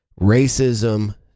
racism